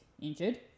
injured